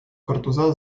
картуза